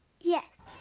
yes.